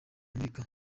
amerika